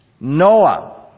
Noah